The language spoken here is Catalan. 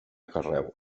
carreu